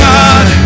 God